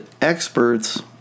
experts